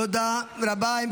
תודה רבה.